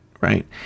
right